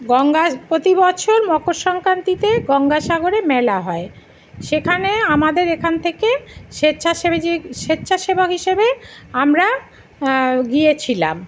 গঙ্গা প্রতি বছর মকর সংক্রান্তিতে গঙ্গাসাগরের মেলা হয় সেখানে আমাদের এখান থেকে স্বেচ্ছাসেবী যে স্বেচ্ছাসেবক হিসেবে আমরা গিয়েছিলাম